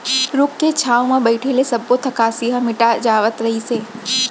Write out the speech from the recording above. रूख के छांव म बइठे ले सब्बो थकासी ह मिटा जावत रहिस हे